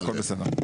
הכול בסדר.